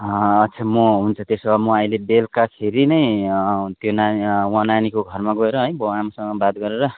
अच्छा म हुन्छ त्यसो भए म अहिले बेलुकाखेरि नै त्यो नानी उहाँ नानीको घरमा गएर है बाउआमासँग बात गरेर